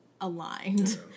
aligned